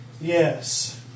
Yes